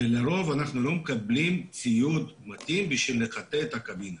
ולרוב אנחנו לא מקבלים ציוד מתאים בשביל לחטא את הקבינה.